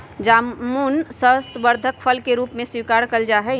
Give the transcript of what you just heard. जामुन स्वास्थ्यवर्धक फल के रूप में स्वीकारा जाहई